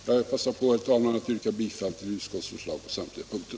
Jag vill passa på tillfället, herr talman, att yrka bifall till utskottets hemställan på samtliga punkter.